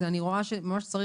נקבע